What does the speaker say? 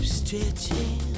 stretching